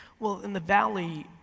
well in the valley,